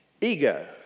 Ego